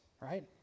right